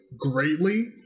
greatly